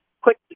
quick